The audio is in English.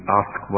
ask